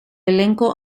elenco